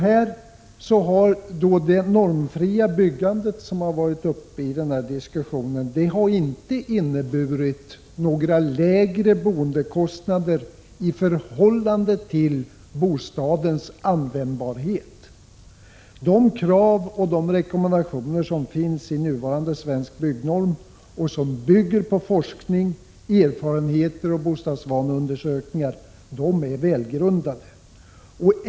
Det normfria byggandet, som det talats om under denna diskussion, har inte inneburit några lägre boendekostnader i förhållande till bostadens användbarhet. De krav och de rekommendationer som finns enligt nuvarande svensk byggnorm och som baseras på forskning, erfarenhet och bostadsvaneundersökningar är välgrundade.